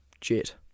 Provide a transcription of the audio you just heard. Jet